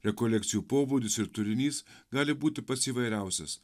rekolekcijų pobūdis ir turinys gali būti pats įvairiausias